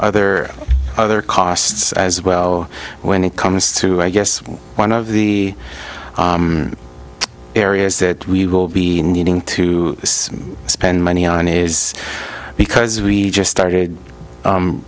other other costs as well when it comes to i guess one of the areas that we will be needing to spend money on is because we just started